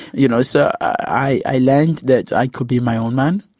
you know, so i i learnt that i could be my own man.